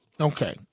Okay